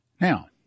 Now